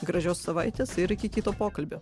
gražios savaitės ir iki kito pokalbio